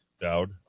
Dowd